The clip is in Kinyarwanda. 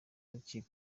w’urukiko